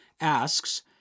asks